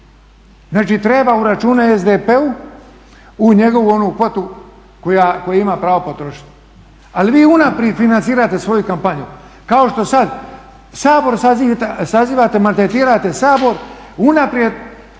Znači treba uračunati SDP u njegovu onu kvotu koju ima pravo potrošiti. Ali vi unaprijed financirate svoju kampanju kao što sada Sabor sazivate, maltretirate Sabor unaprijed